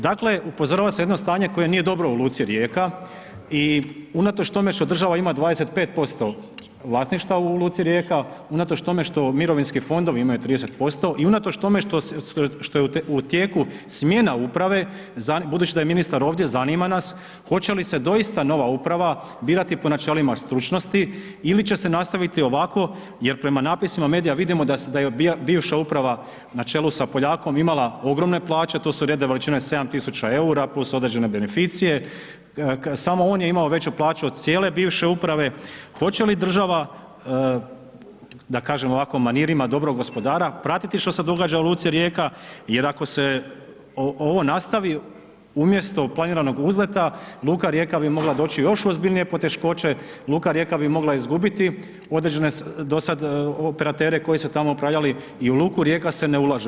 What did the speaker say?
Dakle, upozorava se na jedno stanje koje nije dobro u luci Rijeka i unatoč tome što država ima 25% vlasništva u luci Rijeka, unatoč tome što mirovinski fondovi imaju 30% i unatoč tome što je u tijeku smjena uprave, budući da je ministar ovdje, zanima nas hoće li se doista nova uprava birati po načelima stručnosti ili će se nastaviti ovako jer prema napisima medija vidimo da je bivša uprava na čelu sa Poljakom imala ogromne plaće, tu su redovi veličine 7.000,00 EUR-a + određene beneficije, samo on je imao veću plaću od cijele bivše uprave, hoće li država, da kažem ovako, manirima dobrog gospodara, pratiti što se događa u luci Rijeka, jer ako se ovo nastavi umjesto planiranog uzleta, luka Rijeka bi mogla doći u još ozbiljnije poteškoće, luka Rijeka bi mogla izgubiti određene do sad operatere koji su tamo upravljali i u luku Rijeka se ne ulaže.